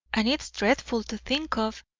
and it's dreadful to think of,